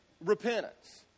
repentance